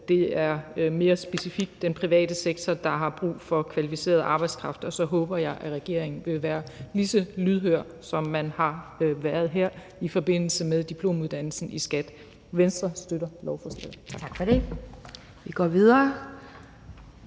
det mere specifikt er den private sektor, der har brug for kvalificeret arbejdskraft, og så håber jeg, at regeringen vil være lige så lydhør, som man har været her i forbindelse med diplomuddannelsen i skat. Venstre støtter lovforslaget. Tak. Kl. 12:09 Anden